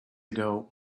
ago